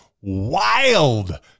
wild